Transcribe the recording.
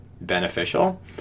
beneficial